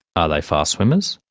are they fast swimmers?